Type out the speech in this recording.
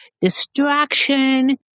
distraction